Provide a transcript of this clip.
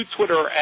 Twitter